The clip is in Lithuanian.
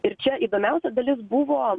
ir čia įdomiausia dalis buvo